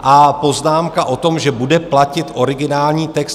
A poznámka o tom, že bude platit originální text.